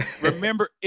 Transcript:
Remember